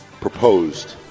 proposed